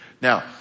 Now